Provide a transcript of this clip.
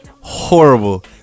horrible